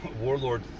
warlord